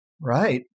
Right